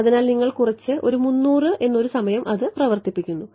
അതിനാൽ നിങ്ങൾ കുറച്ച് ഒരു 300 എന്നൊരു സമയം അത് പ്രവർത്തിപ്പിക്കുന്നു